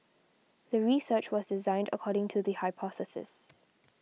the research was designed according to the hypothesis